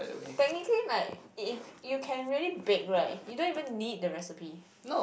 technically like it if you can really bake right you don't even need the recipe